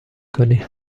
کنی